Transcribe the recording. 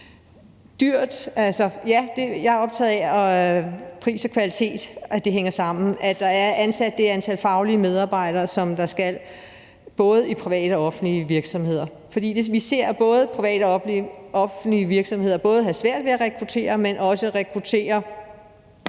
Dyrt? Ja, jeg er optaget af, at pris og kvalitet hænger sammen, at der er ansat det antal faglige medarbejdere, som der skal være, både i private og offentlige virksomheder. Vi ser, at både private og offentlige virksomheder har svært ved at rekruttere, og vi så gerne,